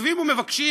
כותבים ומבקשים,